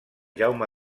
jaume